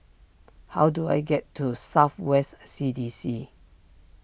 how do I get to South West C D C